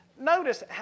notice